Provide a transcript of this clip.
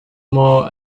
more